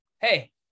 Hey